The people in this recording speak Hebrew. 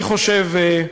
אני חושב,